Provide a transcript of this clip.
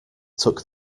took